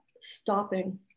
stopping